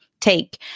take